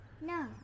No